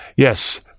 Yes